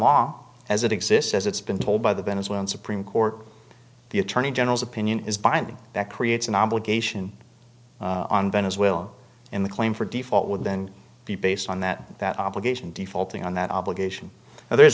maw as it exists as it's been told by the venezuelan supreme court the attorney general's opinion is binding that creates an obligation on venezuela and the claim for default would then be based on that that obligation defaulting on that obligation and there's